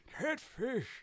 Catfish